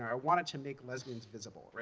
i wanted to make lesbians visible.